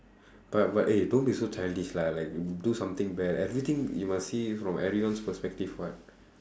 but but eh don't be so childish lah like do something bad everything you must see from everyone's perspective [what]